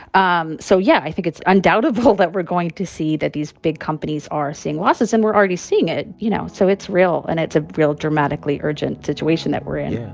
um so yeah, i think it's undoubtable that we're going to see that these big companies are seeing losses. and we're already seeing it, you know? so it's real. and it's a real dramatically urgent situation that we're in